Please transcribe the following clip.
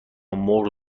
مرغ